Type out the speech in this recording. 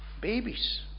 babies